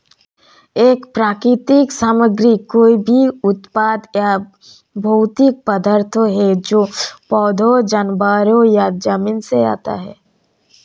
एक प्राकृतिक सामग्री कोई भी उत्पाद या भौतिक पदार्थ है जो पौधों, जानवरों या जमीन से आता है